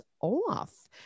off